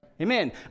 Amen